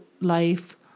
life